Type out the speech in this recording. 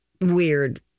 weird